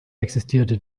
existierte